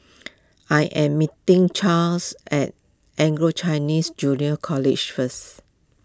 I am meeting Chas at Anglo Chinese Junior College first